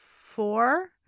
four